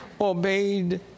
obeyed